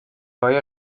های